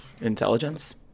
Intelligence